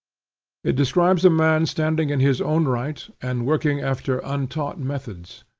it describes a man standing in his own right and working after untaught methods.